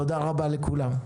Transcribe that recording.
תודה רבה לכולם.